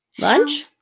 Lunch